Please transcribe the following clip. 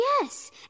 Yes